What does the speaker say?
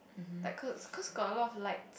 like cause~ cause got a lot of lights